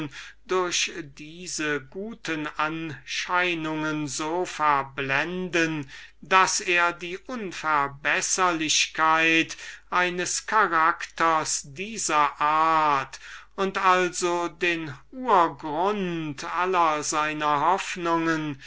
durch diese guten anscheinungen so verblenden daß er die unverbesserlichkeit eines charakters von dieser art und also den ungrund aller seiner hoffnungen